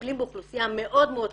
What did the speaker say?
מטפלים באוכלוסייה מאוד מאוד קשה.